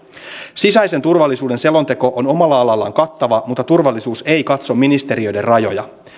sisäisen turvallisuuden selonteko on omalla alallaan kattava mutta turvallisuus ei katso ministeriöiden rajoja